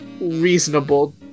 reasonable